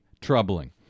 troubling